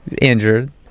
injured